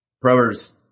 Proverbs